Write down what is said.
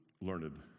learned